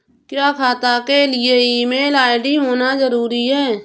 क्या खाता के लिए ईमेल आई.डी होना जरूरी है?